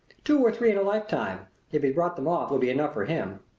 two or three in a lifetime, if he brought them off, would be enough for him.